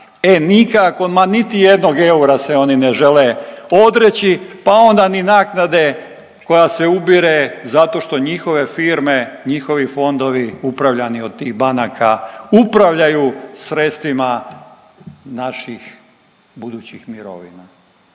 E nikako, ma niti jednog eura se oni ne žele odreći, pa onda ni naknade koja se ubire zato što njihove firme, njihovi fondovi upravljani od tih banaka upravljaju sredstvima naših budućih mirovina.